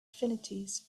affinities